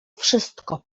wszystko